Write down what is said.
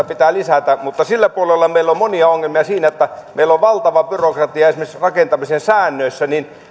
pitää lisätä mutta sillä puolella meillä on monia ongelmia siinä että meillä on valtava byrokratia esimerkiksi rakentamisen säännöissä